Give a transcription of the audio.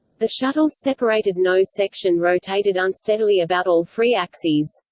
the shuttle's separated nose section rotated unsteadily about all three axes.